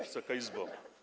Wysoka Izbo!